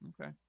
Okay